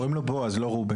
קוראים לו בועז, לא ראובן.